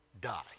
die